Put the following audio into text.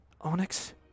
Onyx